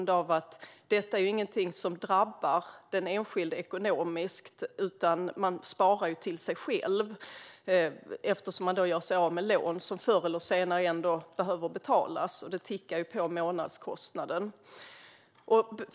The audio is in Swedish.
Detta är ju ingenting som drabbar den enskilde ekonomiskt. Man sparar till sig själv eftersom man gör sig av med lån som förr eller senare ändå behöver betalas och som innebär en månadskostnad som tickar på.